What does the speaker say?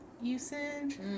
usage